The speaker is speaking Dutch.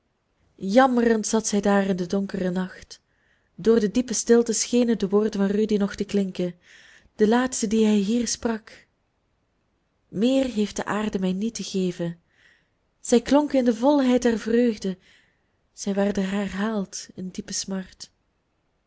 jammerend zat zij daar in den donkeren nacht door de diepe stilte schenen de woorden van rudy nog te klinken de laatste die hij hier sprak meer heeft de aarde mij niet te geven zij klonken in de volheid der vreugde zij werden herhaald in diepe smart